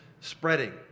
spreading